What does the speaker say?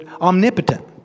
omnipotent